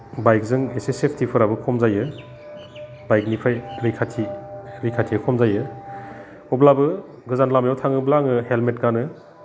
बाइकजों एसे सेफ्टिफोराबो खम जायो बाइकनिफ्राय रैखाथिया खम जायो अब्लाबो गोजान लामायाव थाङोब्ला आङो हेलमेट गानो